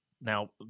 Now